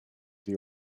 the